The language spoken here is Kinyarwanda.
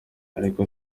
ariko